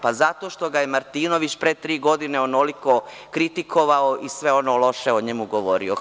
Pa zato što ga je Martinović pre tri godine onoliko kritikovao i sve ono loše o njemu govorio.